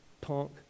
Punk